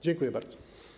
Dziękuję bardzo.